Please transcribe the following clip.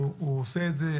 הוא עושה את זה.